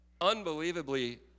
unbelievably